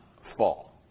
fall